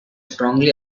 strongly